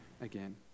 again